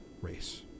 race